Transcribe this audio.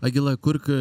agila kurk